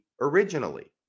originally